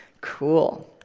cool.